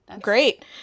Great